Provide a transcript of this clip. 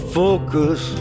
focus